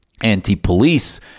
anti-police